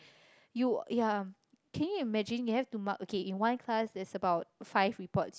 you ya can you imagine you have to mark okay in one class there's about five report